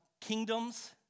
kingdoms